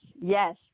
Yes